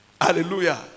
Hallelujah